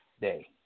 day